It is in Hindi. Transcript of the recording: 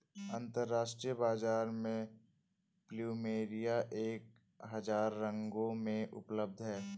अंतरराष्ट्रीय बाजार में प्लुमेरिया एक हजार रंगों में उपलब्ध हैं